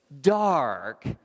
dark